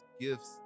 gifts